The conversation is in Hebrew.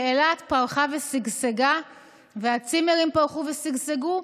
כשאילת פרחה ושגשגה והצימרים פרחו ושגשגו,